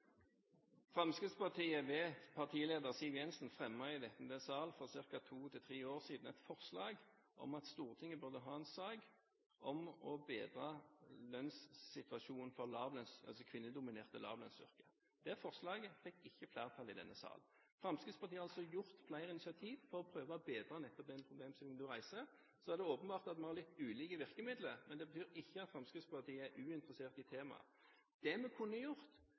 Fremskrittspartiet denne kunnskapsbaserte virkelighetsbeskrivelsen? Fremskrittspartiet, med partileder Siv Jensen, fremmet i denne sal for ca. to–tre år siden et forslag om at Stortinget burde ha en sak om å bedre lønnssituasjonen for kvinnedominerte lavlønnsyrker. Det forslaget fikk ikke flertall i denne sal. Fremskrittspartiet har altså tatt flere initiativ for å prøve å bedre nettopp den problemstillingen du reiser. Så er det åpenbart at vi har litt ulike virkemidler, men det betyr ikke at Fremskrittspartiet er uinteressert i temaet. Hvis vi hadde gjort